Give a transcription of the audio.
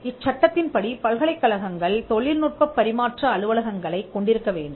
இச்சட்டத்தின்படி பல்கலைக்கழகங்கள் தொழில்நுட்பப் பரிமாற்ற அலுவலகங்களைக் கொண்டிருக்க வேண்டும்